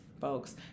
folks